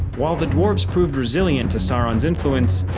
while the dwarves proved resilient to sauron's influence,